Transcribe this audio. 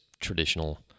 traditional